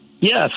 Yes